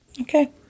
Okay